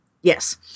yes